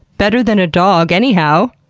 better than a dog anyhow.